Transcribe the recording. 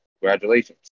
Congratulations